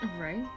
Right